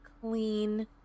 clean